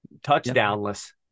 Touchdownless